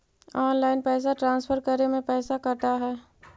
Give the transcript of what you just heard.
Online पैसा transfer करे में पैसा कटा है?